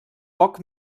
poc